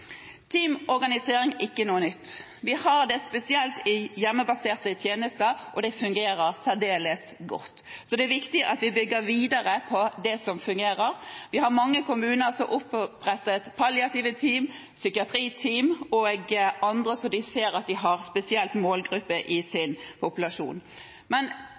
Teamorganisering er ikke noe nytt. Vi har det spesielt i hjemmebaserte tjenester, og det fungerer særdeles godt. Det er viktig at vi bygger videre på det som fungerer. Vi har mange kommuner som har opprettet palliative team, psykiatriteam og andre team de ser at de har spesielle målgrupper for i sin populasjon. Men